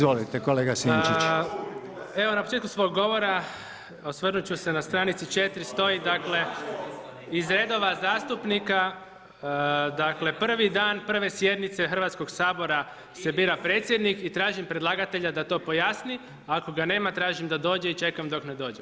Hvala kolega Reiner, evo na početku svog govora, osvrnuti ću se na str. 4 stoji, dakle iz redova zastupnika, dakle prvi dan, prve sjednice Hrvatskog sabora se bira predsjednik i tražim predlagatelja da to pojasni, ako ga nema, tražim da dođe i čekam dok ne dođe.